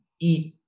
eat